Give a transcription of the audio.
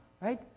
right